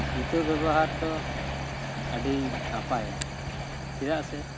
ᱡᱩᱛᱟᱹ ᱵᱮᱵᱚᱦᱟᱨ ᱫᱚ ᱟᱹᱰᱤ ᱱᱟᱯᱟᱭᱟ ᱪᱮᱫᱟᱜ ᱥᱮ